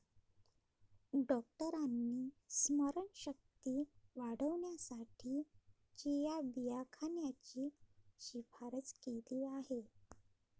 डॉक्टरांनी स्मरणशक्ती वाढवण्यासाठी चिया बिया खाण्याची शिफारस केली आहे